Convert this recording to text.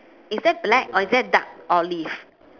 is that black or is that dark olive